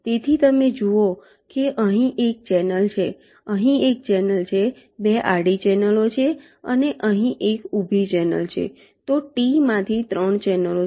તેથી તમે જુઓ કે અહીં એક ચેનલ છે અહીં એક ચેનલ છે 2 આડી ચેનલો છે અને અહીં એક ઊભી ચેનલ છે તો T માંથી 3 ચેનલો છે